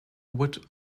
wood